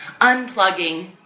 unplugging